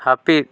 ᱦᱟᱹᱯᱤᱫ